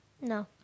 No